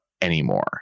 anymore